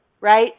right